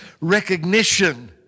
recognition